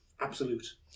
absolute